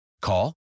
Call